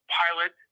pilot